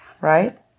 right